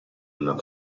una